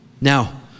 Now